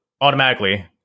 automatically